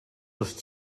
dos